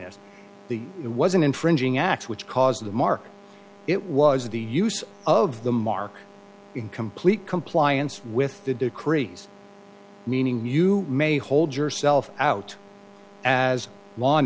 the it wasn't infringing acts which caused the mark it was the use of the mark in complete compliance with the decrees meaning you may hold yourself out as l